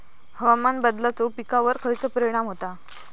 हवामान बदलाचो पिकावर खयचो परिणाम होता?